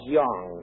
young